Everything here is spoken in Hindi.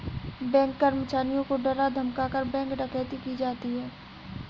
बैंक कर्मचारियों को डरा धमकाकर, बैंक डकैती की जाती है